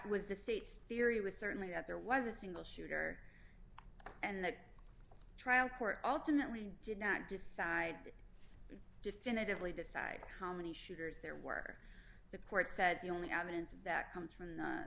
was the state's theory was certainly that there was a single shooter and that trial court ultimately did not decide to definitively decide how many shooters there were the court said the only evidence of that comes from the